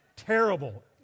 terrible